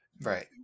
Right